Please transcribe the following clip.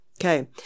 Okay